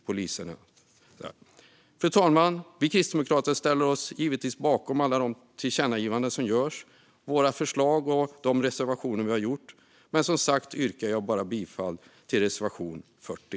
Fru talman! Vi kristdemokrater ställer oss givetvis bakom alla de förslag till tillkännagivanden som görs, våra förslag och de reservationer som vi har. Men jag yrkar som sagt bara bifall till reservation 40.